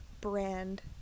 brand